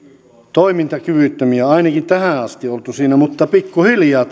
toimintakyvyttömiä ainakin tähän asti olleet siinä mutta pikkuhiljaa